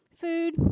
food